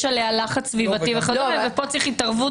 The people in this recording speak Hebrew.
יש עליה לחץ סביבתי ופה צריך התערבות